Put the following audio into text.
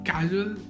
Casual